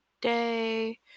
day